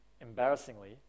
embarrassingly